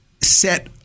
set